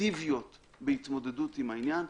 אפקטיביות בהתמודדות עם העניין?